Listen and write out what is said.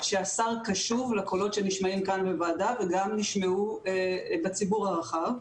השר קשוב לקולות שנשמעים בוועדה וגם נשמעו בציבור הרחב.